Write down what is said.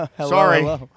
Sorry